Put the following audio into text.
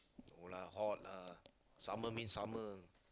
no lah hot lah summer means summer